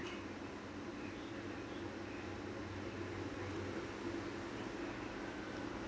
yeah